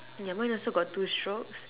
yeah mine also got two strokes